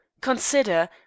Consider—